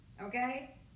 okay